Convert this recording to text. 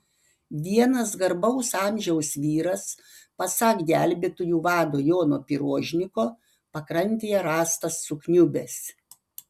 vienas garbaus amžiaus vyras pasak gelbėtojų vado jono pirožniko pakrantėje rastas sukniubęs